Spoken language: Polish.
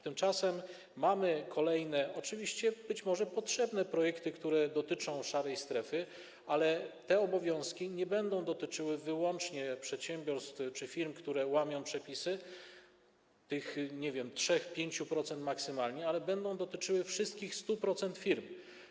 Tymczasem mamy kolejne projekty, być może potrzebne, które dotyczą szarej strefy, ale te obowiązki nie będą dotyczyły wyłącznie przedsiębiorstw czy firm, które łamią przepisy - tych jest, nie wiem, 3%, 5% maksymalnie - ale będą dotyczyły wszystkich firm, 100% firm.